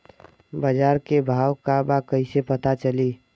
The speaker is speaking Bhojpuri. बाजार के भाव का बा कईसे पता चली?